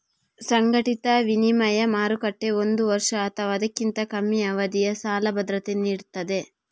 ಸಂಘಟಿತ ವಿನಿಮಯ ಮಾರುಕಟ್ಟೆ ಒಂದು ವರ್ಷ ಅಥವಾ ಅದಕ್ಕಿಂತ ಕಮ್ಮಿ ಅವಧಿಯ ಸಾಲ ಭದ್ರತೆ ನೀಡ್ತದೆ